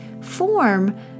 form